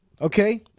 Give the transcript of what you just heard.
Okay